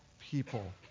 people